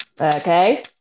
Okay